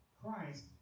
Christ